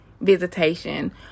visitation